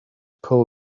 pull